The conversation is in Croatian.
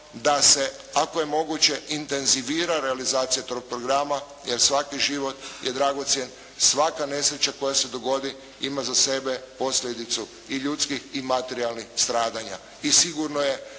da se ako je moguće intenzivira realizacija tog programa jer svaki život je dragocjen, svaka nesreća koja se dogodi ima za sebe posljedicu i ljudskih i materijalnih stradanja.